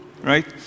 right